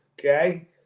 okay